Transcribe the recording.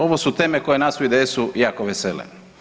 Ovo su teme koje nas u IDS-u jako vesele.